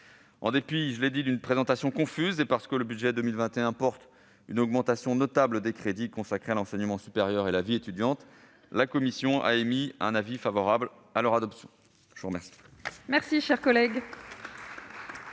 En dépit- je l'ai dit -d'une présentation confuse, et parce que le budget 2021 prévoit une augmentation notable des crédits consacrés à l'enseignement supérieur et à la vie étudiante, la commission a émis un avis favorable à leur adoption. Mes chers